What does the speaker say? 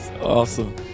Awesome